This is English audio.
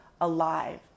alive